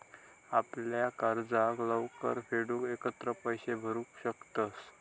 आपल्या कर्जाक लवकर फेडूक एकत्र पैशे भरू शकतंस